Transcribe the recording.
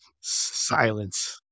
Silence